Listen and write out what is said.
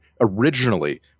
originally